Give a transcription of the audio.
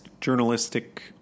journalistic